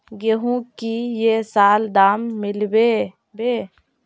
गेंहू की ये साल दाम मिलबे बे?